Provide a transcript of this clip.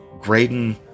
Graydon